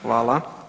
Hvala.